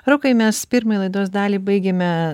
rokai mes pirmą laidos dalį baigėme